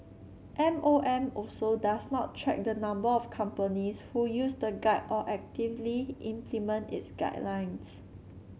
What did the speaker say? M O M also does not track the number of companies who use the guide or actively implement its guidelines